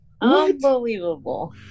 Unbelievable